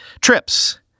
Trips